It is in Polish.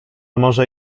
może